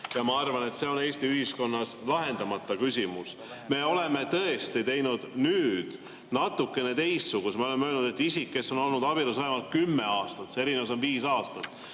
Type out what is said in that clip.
Ma arvan, et see on Eesti ühiskonnas lahendamata küsimus. Me oleme tõesti teinud nüüd natukene teistsuguse [ettepaneku]. Me oleme öelnud, et isik, kes on olnud abielus vähemalt 10 aastat – erinevus on 5 aastat.